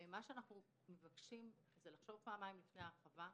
אנחנו מבקשים לחשוב פעמיים לפני ההרחבה,